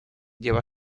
lleva